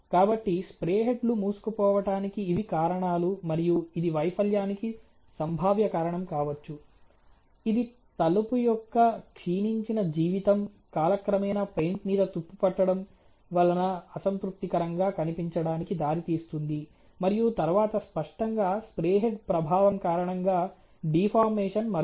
కాబట్టి స్ప్రే హెడ్లు మూసుకుపోవటానికి ఇవి కారణాలు మరియు ఇది వైఫల్యానికి సంభావ్య కారణం కావచ్చు ఇది తలుపు యొక్క క్షీణించిన జీవితం కాలక్రమేణా పెయింట్ మీద తుప్పు పట్టడం వలన అసంతృప్తికరంగా కనిపించడానికి దారితీస్తుంది మరియు తరువాత స్పష్టంగా స్ప్రే హెడ్ ప్రభావం కారణంగా డీఫార్మేషన్ మరొకటి